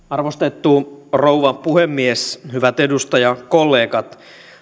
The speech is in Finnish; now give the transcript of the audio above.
arvostettu rouva puhemies hyvät edustajakollegat